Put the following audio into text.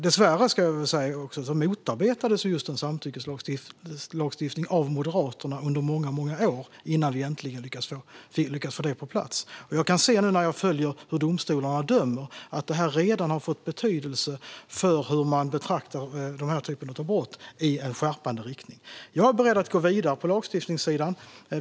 Dessvärre motarbetades just en samtyckeslagstiftning av Moderaterna under många år innan vi äntligen lyckades få den på plats. När jag nu följer hur domstolarna dömer kan jag se att denna redan har fått betydelse för hur man betraktar den här typen av brott i en skärpande riktning. Jag är beredd att gå vidare på lagstiftningssidan.